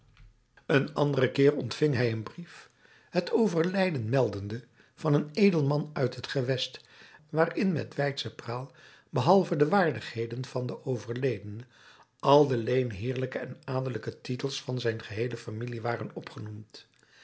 een anderen keer ontving hij een brief het overlijden meldende van een edelman uit het gewest waarin met weidsche praal behalve de waardigheden van den overledene al de leenheerlijke en adellijke titels van zijn geheele familie waren opgenoemd